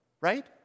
Right